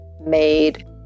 made